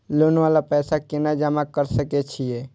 Loan वाला पैसा केना जमा कर सके छीये?